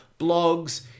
blogs